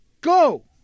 Go